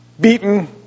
beaten